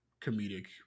comedic